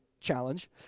challenge